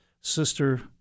sister